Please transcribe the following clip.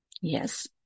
Yes